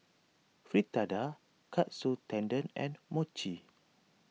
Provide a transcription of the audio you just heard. Fritada Katsu Tendon and Mochi